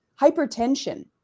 hypertension